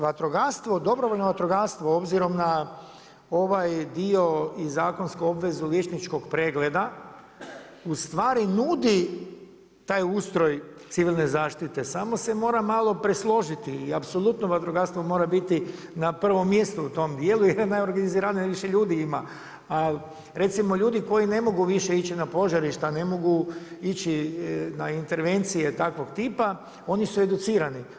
Vatrogastvo, dobrovoljno vatrogastvo, obzirom na ovaj dio i zakonsku obvezu liječničkog pregleda, ustvari nudi taj ustroj civilne zaštite samo se mora malo presložiti i apsolutno vatrogastvo mora biti na prvom mjestu u tom djelu jer je najorganiziranije, najviše ljudi ima, ali recimo ljudi koji ne mogu više ići na požarišta, ne mogu ići na intervencije takvog tipa, oni su educirani.